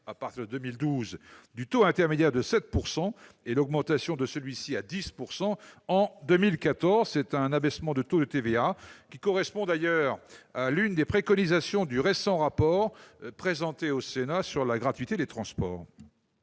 à partir de 2012 du taux intermédiaire de 7 %, et l'augmentation de celui-ci à 10 % en 2014. Par la gauche ! Cet abaissement de taux de TVA fait partie des préconisations du récent rapport présenté au Sénat sur la gratuité des transports.